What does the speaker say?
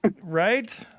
Right